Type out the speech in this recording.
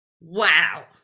Wow